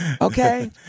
Okay